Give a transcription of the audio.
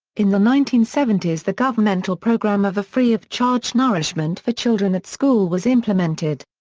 in the nineteen seventy s the governmental program of a free of charge nourishment for children at school was implemented.